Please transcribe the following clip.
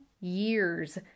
years